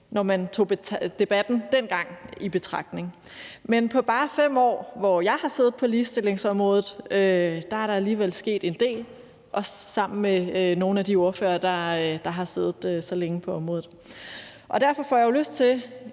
når man tog debatten dengang i betragtning. Men bare på de 5 år, jeg har siddet på ligestillingsområdet, og også sammen med nogle af de ordførere, der har siddet lige så længe på området, er der alligevel sket